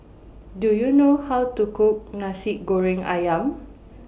Do YOU know How to Cook Nasi Goreng Ayam